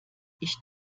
ich